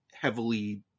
heavily